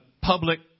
public